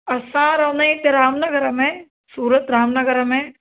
असां रहंदा आहियूं हिते राम नगर में सूरत राम नगर में